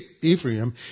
Ephraim